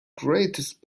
greatest